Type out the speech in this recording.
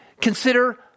consider